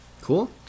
Cool